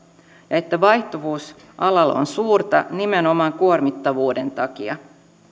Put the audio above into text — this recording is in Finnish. että vaihtuvuus alalla on suurta nimenomaan kuormittavuuden takia